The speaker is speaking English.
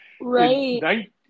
Right